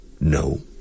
No